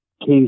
case